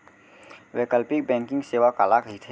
वैकल्पिक बैंकिंग सेवा काला कहिथे?